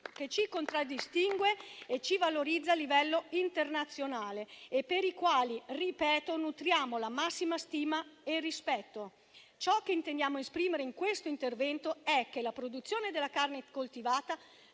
che ci contraddistingue e ci valorizza a livello internazionale e per i quali - ripeto - nutriamo massima stima e rispetto. Ciò che intendiamo esprimere in questo intervento è che la produzione della carne coltivata